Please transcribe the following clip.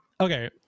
Okay